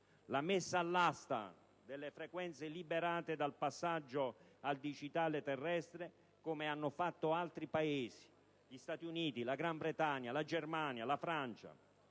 la messa all'asta delle frequenze liberate dal passaggio al digitale terrestre, come hanno fatto altri Paesi (gli Stati Uniti, la Gran Bretagna, la Germania, la Francia).